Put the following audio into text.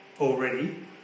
already